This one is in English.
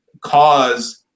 cause